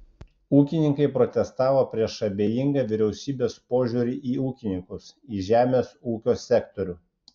ūkininkai protestavo prieš abejingą vyriausybės požiūrį į ūkininkus į žemės ūkio sektorių